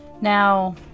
Now